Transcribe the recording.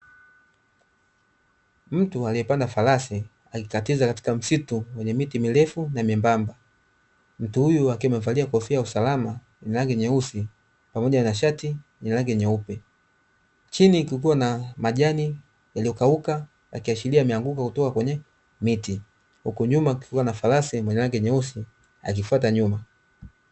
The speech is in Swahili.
Mtu aliyepanda farasi, akikatiza katika msitu wenye miti mirefu na myembamba. Mtu huyu akiwa amevalia kofia ya usalama yenye rangi nyeusi pamoja na shati lenye rangi nyeupe. Chini kukiwa na majani yaliyokauka, yakiashiria yameanguka kutoka kwenye miti, huku nyuma kukiwa na farasi mwenye rangi nyeusi akifuata nyuma.